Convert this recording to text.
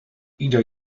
ieder